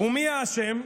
ומי האשם?